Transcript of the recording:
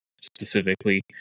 specifically